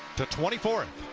to twenty fourth.